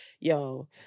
yo